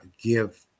give